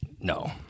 No